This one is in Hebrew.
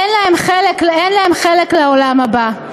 אין להם חלק לעולם הבא'.